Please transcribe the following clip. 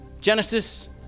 Genesis